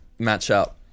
matchup